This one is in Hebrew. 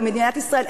במדינת ישראל,